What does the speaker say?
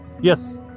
Yes